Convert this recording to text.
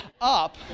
up